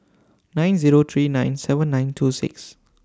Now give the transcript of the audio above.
nine Zero three nine seven nine two six